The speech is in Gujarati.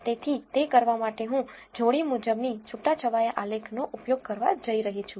તેથી તે કરવા માટે હું જોડી મુજબની છૂટાછવાયા આલેખ નો ઉપયોગ કરવા જઈ રહી છું